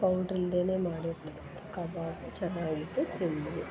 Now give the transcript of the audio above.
powder ಇಲ್ದೇ ಮಾಡಿರತಕ್ಕಂತ ಕಬಾಬ್ ಚೆನ್ನಾಗಿತ್ತು ತಿಂದ್ವಿ